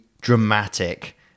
dramatic